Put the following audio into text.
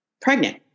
pregnant